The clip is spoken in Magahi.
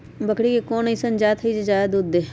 बकरी के कोन अइसन जात हई जे जादे दूध दे?